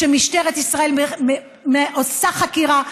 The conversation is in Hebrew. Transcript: שכשמשטרת ישראל עושה חקירה,